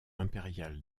impérial